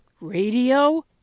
Radio